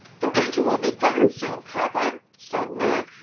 the winter will be gone soon, papa, said nan.